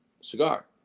cigar